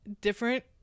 different